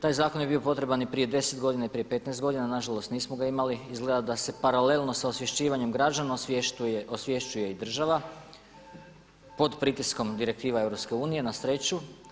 Taj zakon je bio potreban i prije 10 godina i prije 15 godina, nažalost nismo ga imali, izgleda da se paralelno sa osvješćivanjem građana osvješćuje i država pod pritiskom direktiva EU na sreću.